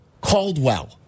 Caldwell